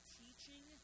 teaching